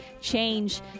change